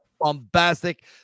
bombastic